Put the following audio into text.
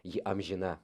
ji amžina